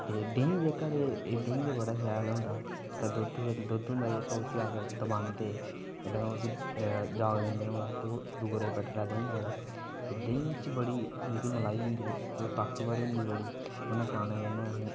ते देहीं जेह्का ते देहीं बड़ा शैल होंदा ते दुद्ध होंदा ते उसी अस तपांदे ते उसी जेल्लै जाग लगदा ते ओह् दूए दिन देहीं लगदा ते देहीं च जेह्की बड़ी मलाई होंदी ते ओह् ताकतवर होंदी बड़ी ते ओह् खाने कन्नै असेंगी